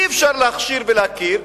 אי-אפשר להכשיר ולהכיר,